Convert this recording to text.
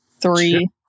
three